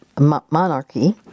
monarchy